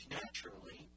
naturally